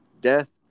Death